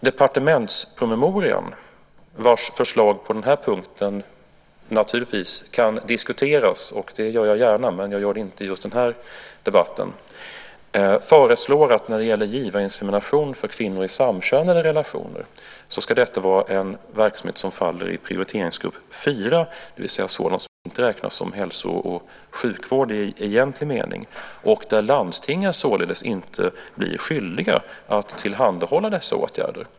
Departementspromemorian, vars förslag på den här punkten naturligtvis kan diskuteras, och det gör jag gärna men inte just i den här debatten, föreslår att givarinsemination för kvinnor i samkönade relationer ska vara en verksamhet som faller i prioriteringsgrupp 4, det vill säga sådant som inte räknas som hälso och sjukvård i egentlig mening och där landstingen således inte blir skyldiga att tillhandahålla dessa åtgärder.